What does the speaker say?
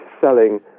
selling